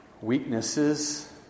weaknesses